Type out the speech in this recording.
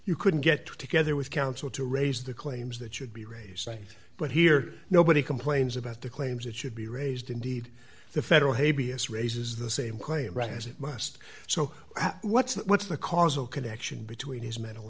you couldn't get together with council to raise the claims that you'd be raised right but here nobody complains about the claims that should be raised indeed the federal hey b s raises the same claim right as it must so what's the what's the causal connection between